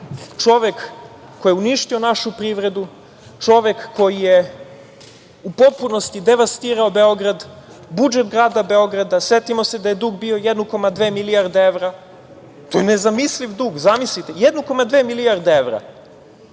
čovek koji je uništio našu privredu, čovek koji je u potpunosti devastirao Beograd, budžet grada Beograda. Setimo se da je dug bio 1,2 milijarde evra. To je nezamisliv dug. Zamislite, 1,2 milijarde evra,